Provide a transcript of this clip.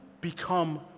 become